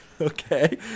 Okay